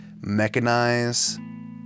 mechanize